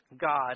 God